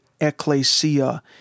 ecclesia